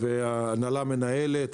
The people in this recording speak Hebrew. ההנהלה מנהלת,